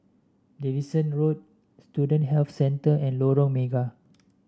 Davidson Road Student Health Centre and Lorong Mega